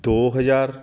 ਦੋ ਹਜ਼ਾਰ